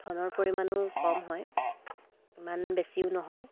ধনৰ পৰিমাণো কম হয় ইমান বেছিও নহয়